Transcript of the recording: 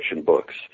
books